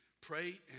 Pray